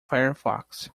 firefox